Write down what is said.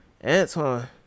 Anton